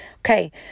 Okay